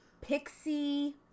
Pixie